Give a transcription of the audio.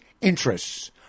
interests